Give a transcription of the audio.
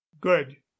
good